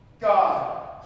God